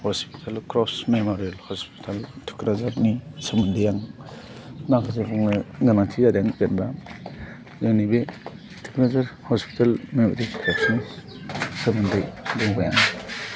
hospital cross memorial hospital थुक्राजारनि सोमोन्दै आं माखासे बुंनो गोनांथि जादों जेनेबा जोंनि बे थुक्राजार हस्पिटाल मेम'रियेल क्र'फ्ट्सनि सोमोन्दै बुंबाय आं